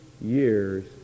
years